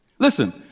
Listen